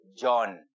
John